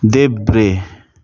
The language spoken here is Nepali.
देब्रे